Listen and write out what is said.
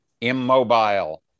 immobile